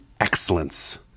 excellence